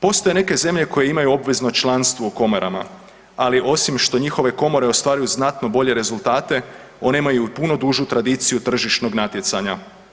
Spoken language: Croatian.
Postoje neke zemlje koje imaju obvezno članstvo u komorama, ali osim što njihove komore ostvaruju znatno bolje rezultate one imaju i puno dužu tradiciju tržišnog natjecanja.